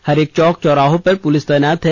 हर एक चौक चौराहे पर पुलिस तैनात है